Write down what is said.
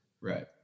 Right